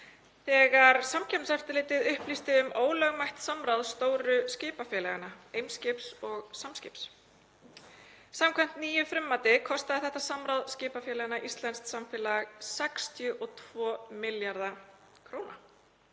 þegar Samkeppniseftirlitið upplýsti um ólögmætt samráð stóru skipafélaganna Eimskips og Samskipa. Samkvæmt nýju frummati kostaði þetta samráð skipafélaganna íslenskt samfélag 62 milljarða kr.